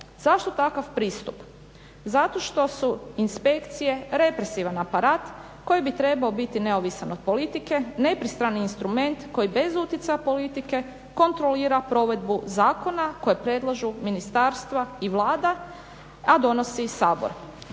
Zašto takav pristup? Zato što su inspekcije represivan aparat koji bi trebao biti neovisan od politike, nepristrani instrument koji bez utjecaja politike kontrolira provedbu zakona koja predlažu ministarstva i Vlada, a donosi Sabor.